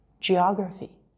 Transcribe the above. Geography